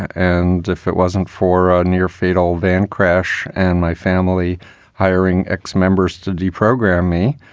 and if it wasn't for a near fatal van crash and my family hiring x members to deprogram me,